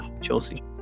Chelsea